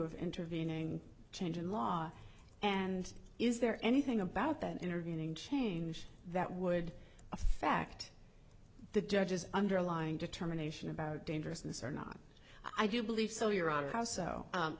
of intervening change in law and is there anything about that intervening change that would a fact the judge's underlying determination about dangerousness or not i do believe so your honor how so